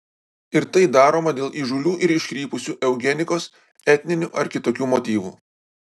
ir tai daroma dėl įžūlių ir iškrypusių eugenikos etninių ar kitokių motyvų